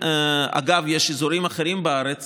אגב, יש אזורים אחרים בארץ